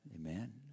Amen